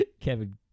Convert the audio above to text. Kevin